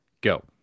Go